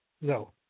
No